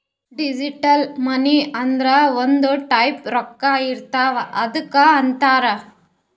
digital money ಅಂದುರ್ ಒಂದ್ type ರೊಕ್ಕಾ ಇರ್ತಾವ್ ಅದ್ದುಕ್ ಅಂತಾರ್